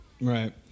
Right